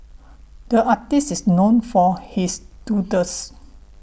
the artist is known for his doodles